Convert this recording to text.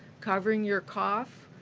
covering your cough,